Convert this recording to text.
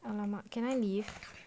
!alamak! can I leave